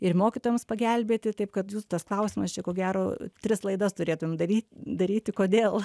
ir mokytojams pagelbėti taip kad jūs tas klausimas čia ko gero tris laidas turėtumėm dary daryti kodėl